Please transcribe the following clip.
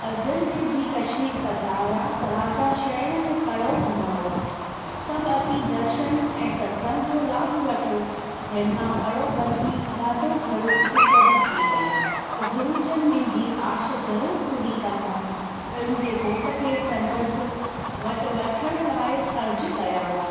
अर्जन देव जी कश्मीर पधारिया त राजा शहर में पड़ो घुमायो सभु अची दर्शन ऐं सत्संग जो लाभु वठो निर्मला पड़ो बुधी ॾाढो गड़ गदिगदि थी वेई त गुरुजनि मुंहिंजी आश ज़रूरु पूरी कंदा हुनजे घोट खे संदसि वटि वठण लाइ अर्ज़ु कयाऊं